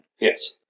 Yes